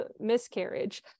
miscarriage